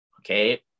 okay